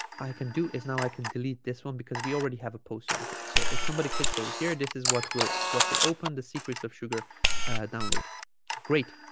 i can do is now i can delete this one because we already have a post over here so if somebody clicks over here this is what will what will open the secrets of sugar ah download great